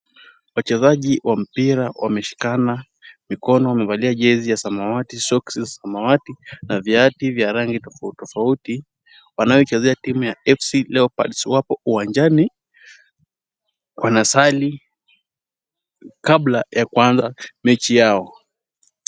Wachezaji wa mpira wameshikana mikono. Wamevalia jezi ya samawati, soksi za samawati na viatu vya rangi tofauti tofauti, wanaochezea timu ya FC Leopards, wapo uwanjani wanasali kabla ya kuanza mechi yao.